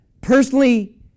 personally